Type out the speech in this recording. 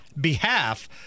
behalf